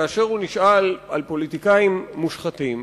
כאשר הוא נשאל על פוליטיקאים מושחתים,